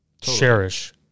cherish